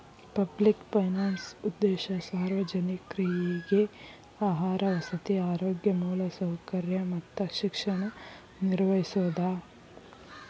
public finance ಉದ್ದೇಶ ಸಾರ್ವಜನಿಕ್ರಿಗೆ ಆಹಾರ ವಸತಿ ಆರೋಗ್ಯ ಮೂಲಸೌಕರ್ಯ ಮತ್ತ ಶಿಕ್ಷಣ ನಿರ್ವಹಿಸೋದ